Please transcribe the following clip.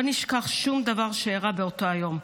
לא נשכח שום דבר שאירע באותו היום,